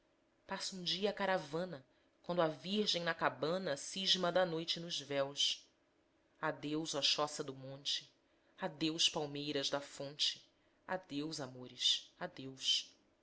passa um dia a caravana quando a virgem na cabana cisma da noite nos véus adeus ó choça do monte adeus palmeiras da fonte adeus amores adeus